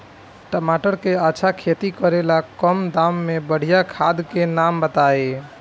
टमाटर के अच्छा खेती करेला कम दाम मे बढ़िया खाद के नाम बताई?